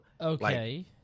okay